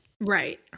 right